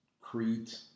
Crete